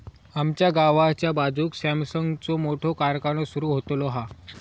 आमच्या गावाच्या बाजूक सॅमसंगचो मोठो कारखानो सुरु होतलो हा